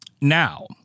Now